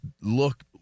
look